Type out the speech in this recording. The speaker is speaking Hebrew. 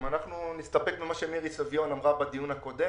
אנחנו נסתפק במה שמירי סביון אמרה בדיון הקודם.